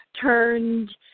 turned